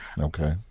okay